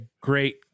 great